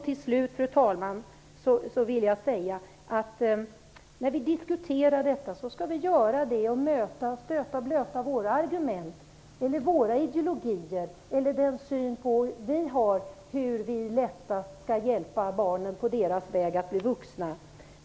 Till slut, fru talman, vill jag säga att när vi diskuterar detta skall vi göra det och mötas, och stöta och blöta våra argument, ideologier eller den syn vi har på hur man lättast skall hjälpa barnen på deras väg att bli vuxna.